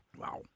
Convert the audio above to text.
Wow